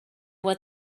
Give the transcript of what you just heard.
what